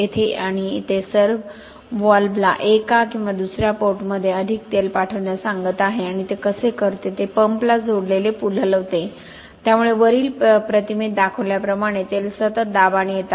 येथे आणि ते सर्व्हव्हॉल्व्हला एका किंवा दुसर्या पोर्टमध्ये अधिक तेल पाठवण्यास सांगत आहे आणि ते कसे करते ते पंपला जोडलेले पूल हलवते त्यामुळे वरील प्रतिमेत दर्शविल्याप्रमाणे तेल सतत दाबाने येत आहे